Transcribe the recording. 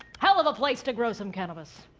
hell of a place to grow some cannibis.